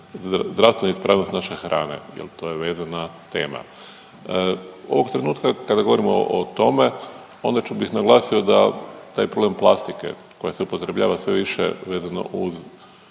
zdravstvena ispravnost naše hrane jel to je vezana tema. Ovog trenutka kada govorimo o tome onda bih naglasio da taj problem plastike koja se upotrebljava sve više vezano uz